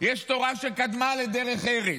יש תורה שקדמה לדרך ארץ.